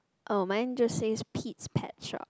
oh mine just says Pete's pet shop